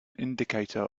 indicator